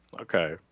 Okay